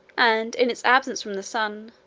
and in its absence from the sun,